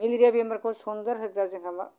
malaria बेमारखौ सन्देरहोग्रा जोंहा मा